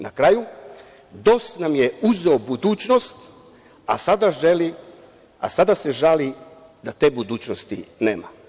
Na kraju, DOS nam je uzeo budućnost, a sada se žali da te budućnosti nema.